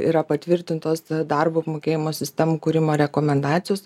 yra patvirtintos darbo apmokėjimo sistemų kūrimo rekomendacijos